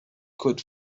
could